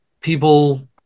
people